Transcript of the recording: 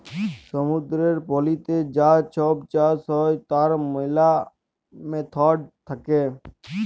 সমুদ্দুরের পলিতে যা ছব চাষ হ্যয় তার ম্যালা ম্যাথড থ্যাকে